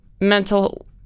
mental